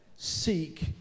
seek